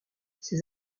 ses